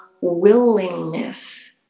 willingness